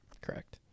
Correct